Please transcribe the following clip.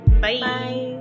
bye